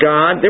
God